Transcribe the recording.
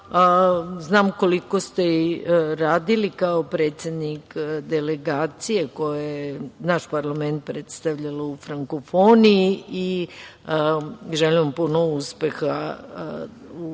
znam i koliko ste radili kako predsednik delegacije koja je naš parlament predstavljala u frankofoniji i želim vam puno uspeha u